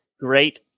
great